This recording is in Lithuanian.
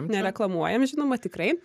nereklamuojam žinoma tikrai